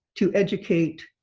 to educate,